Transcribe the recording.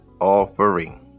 offering